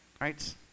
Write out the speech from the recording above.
Right